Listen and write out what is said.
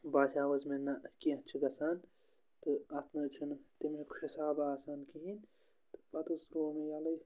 باسیٛو حظ مےٚ نہ کینٛہہ چھِ گژھان تہٕ اَتھ نہٕ حظ چھُنہٕ تمیُک حِساب آسان کِہیٖنۍ تہٕ پَتہٕ حظ تروو مےٚ ییٚلٕے